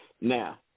now